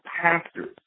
pastors